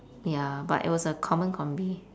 ya but it was a common combi